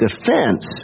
defense